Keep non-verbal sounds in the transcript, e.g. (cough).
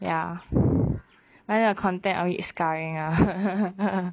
ya (breath) but then the content a bit scaring ah (laughs)